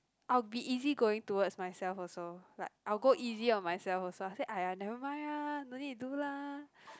I'll be easy going towards myself also like I will go easy of myself also I say aiyar never mind lah no need to do lah